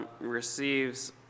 receives